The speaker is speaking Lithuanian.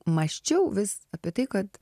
mąsčiau vis apie tai kad